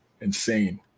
Insane